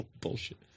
bullshit